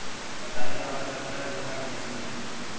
कताई वाला चरखा एक लेखा के मशीन ह